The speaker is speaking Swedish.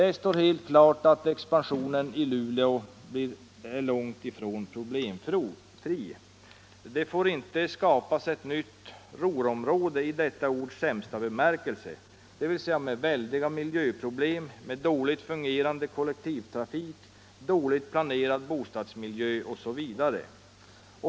Expansionen i Luleå är långt ifrån problemfri. Det får inte skapas ett nytt Ruhrområde i detta ords sämsta bemärkelse, dvs. med väldiga miljöproblem, dåligt fungerande kollektivtrafik, dåligt planerad bostadsmiljö osv.